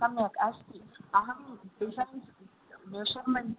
सम्यक् अस्ति अहं डिसै़न्स् दशमध्ये